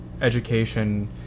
education